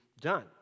done